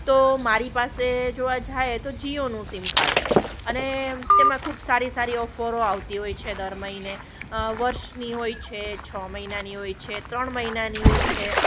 તો મારી પાસે જોવા જાય તો જીઓનું સીમ કાર્ડ છે અને તેમાં ખૂબ સારી સારી ઓફરો આવતી હોય છે દર મહીને વર્ષની હોય છે છ મહિનાની હોય છે ત્રણ મહિનાની હોય છે